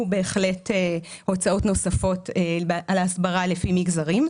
בהחלט הוצאות נוספות על ההסברה לפי מגזרים.